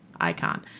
Icon